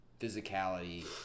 physicality